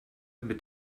mit